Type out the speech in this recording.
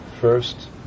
first